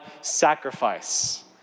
sacrifice